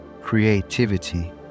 creativity